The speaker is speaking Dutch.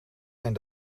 mijn